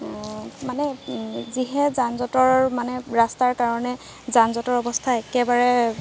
মানে যিহে যানজঁটৰ মানে ৰাস্তাৰ কাৰণে যানজঁটৰ অৱস্থা একেবাৰে